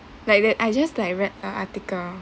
like that I just like read a article